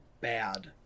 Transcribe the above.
bad